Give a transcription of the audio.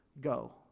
go